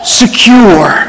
secure